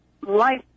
life